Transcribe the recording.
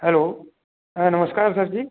hello नमस्कार sir जी